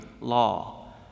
law